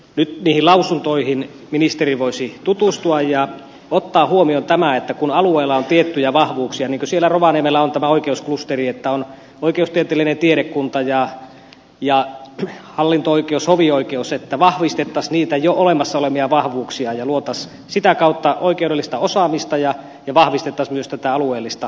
on tärkeää että ministeri voisi tutustua niihin lausuntoihin ja ottaa huomioon tämän että kun alueella on tiettyjä vahvuuksia niin kuin rovaniemellä on tämä oikeusklusteri on oikeustieteellinen tiedekunta ja hallinto oikeus hovioikeus vahvistettaisiin niitä jo olemassa olevia vahvuuksia ja luotaisiin sitä kautta oikeudellista osaamista ja vahvistettaisiin myös tätä alueellista kehitystä